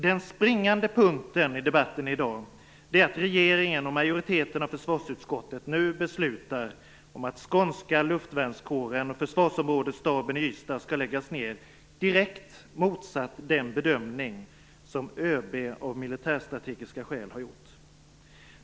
Den springande punkten i debatten i dag är att regeringen och majoriteten av försvarsutskottet nu beslutar om att skånska luftvärnskåren och försvarsområdesstaben i Ystad skall läggas ned, direkt motsatt den bedömning som ÖB av militärstrategiska skäl har gjort.